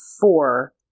four